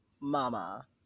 Mama